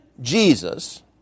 Jesus